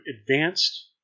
advanced